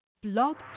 Blog